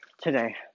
Today